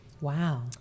Wow